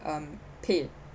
um pay